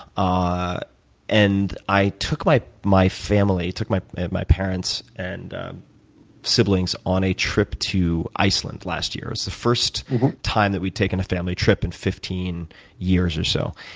ah and i took my my family, took my my parents and siblings on a trip to iceland last year. it first time that we'd taken a family trip in fifteen years or so.